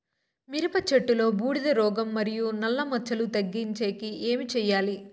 మిరప చెట్టులో బూడిద రోగం మరియు నల్ల మచ్చలు తగ్గించేకి ఏమి చేయాలి?